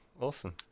awesome